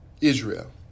Israel